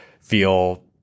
feel